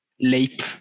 leap